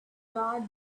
guard